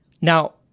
Now